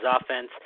offense